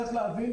צריך להבין,